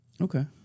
Okay